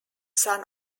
son